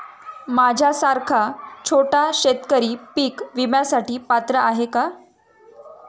माझ्यासारखा छोटा शेतकरी पीक विम्यासाठी पात्र आहे का?